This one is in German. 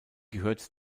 gehört